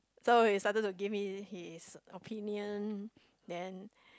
so he started to give me his opinion then